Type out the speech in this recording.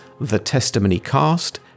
thetestimonycast